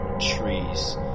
trees